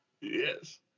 Yes